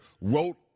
wrote